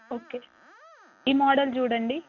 okay ఈ model చూడండి